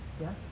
yes